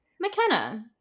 mckenna